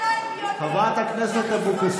חיסול ממוקד,